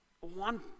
one